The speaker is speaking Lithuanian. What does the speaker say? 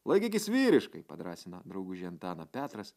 laikykis vyriškai padrąsino draugužį antaną petras